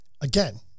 Again